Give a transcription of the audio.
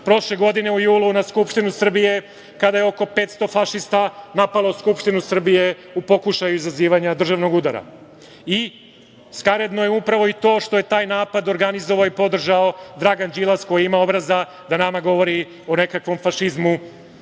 prošle godine u julu na Skupštinu Srbije, kada je oko 500 fašista napalo Skupštinu Srbije u pokušaju izazivanja državnog udara. Skaradno je upravo i to što je taj napad organizovao i podržao Dragan Đilas koji ima obraza da nama govori o nekakvom fašizmu